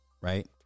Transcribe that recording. Right